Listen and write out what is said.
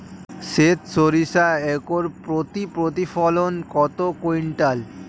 সেত সরিষা একর প্রতি প্রতিফলন কত কুইন্টাল?